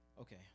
Okay